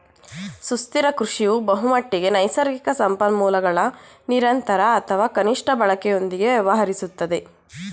ಸುಸ್ಥಿರ ಕೃಷಿಯು ಬಹುಮಟ್ಟಿಗೆ ನೈಸರ್ಗಿಕ ಸಂಪನ್ಮೂಲಗಳ ನಿರಂತರ ಅಥವಾ ಕನಿಷ್ಠ ಬಳಕೆಯೊಂದಿಗೆ ವ್ಯವಹರಿಸುತ್ತದೆ